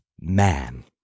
man